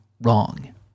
wrong